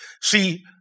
See